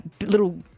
little